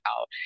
out